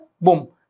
boom